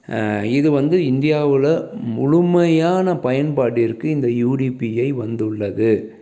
இது வந்து இந்தியாவில் முழுமையான பயன்பாட்டிற்கு இந்த யூடிபிஐ வந்து உள்ளது